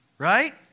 Right